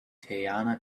teyana